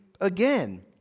again